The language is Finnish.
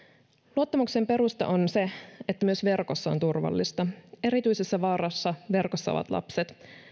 luottamuksen perusta on se että myös verkossa on turvallista erityisessä vaarassa verkossa ovat lapset